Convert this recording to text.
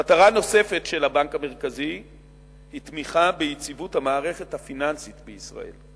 מטרה נוספת של הבנק המרכזי היא תמיכה ביציבות המערכת הפיננסית בישראל.